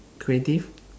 creative